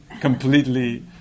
completely